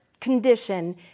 condition